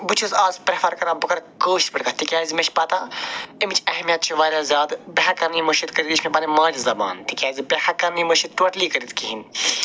بہٕ چھُس آز پرٛٮ۪فر کَران بہٕ کَرٕ کٲشِر پٲٹھۍ کَتھ تِکیٛازِ مےٚ چھِ پتہ اَمِچ اہیمت چھِ وارِیاہ زیادٕ بہٕ ہٮ۪کن نہٕ یہِ مٔشِتھ کٔرِتھ یہِ چھِ مےٚ پنٕنۍ ماجہِ زبان تِکیٛازِ بہٕ ہٮ۪کن نہٕ یہِ مٔشِتھ ٹوٹلی کٔرِتھ کِہیٖنۍ